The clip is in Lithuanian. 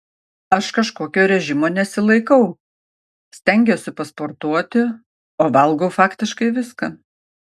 aš kažkokio režimo nesilaikau stengiuosi pasportuoti o valgau faktiškai viską